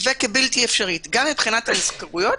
וכבלתי אפשרית גם מבחינת המזכירויות